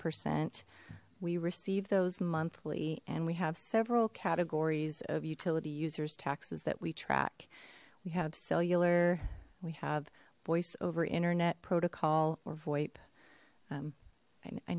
percent we receive those monthly and we have several categories of utility users taxes that we track we have cellular we have voice over internet protocol or